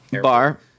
Bar